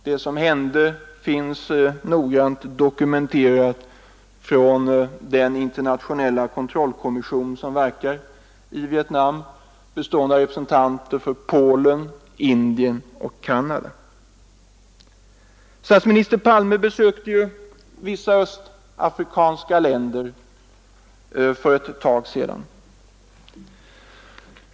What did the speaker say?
Det som hände finns dokumenterat av den internationella kontrollkommission, bestående av representanter för Polen, Indien och Canada, som verkar i Vietnam. Statsminister Palme besökte vissa östafrikanska länder för en tid sedan.